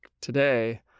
today